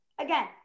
Again